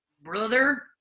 brother